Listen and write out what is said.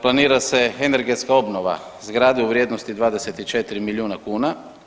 Planira se energetska obnova zgrade u vrijednosti 24 milijuna kuna.